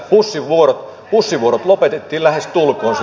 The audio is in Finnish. bussivuorot lähestulkoon lopetettiin sillä alueella